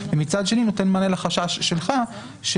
ומצד שני נותן מענה לחשש שלך.